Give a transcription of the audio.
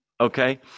Okay